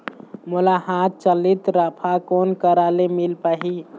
मोला हाथ चलित राफा कोन करा ले मिल पाही?